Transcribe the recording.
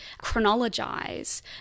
chronologize